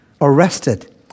arrested